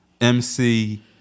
MC